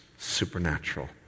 supernatural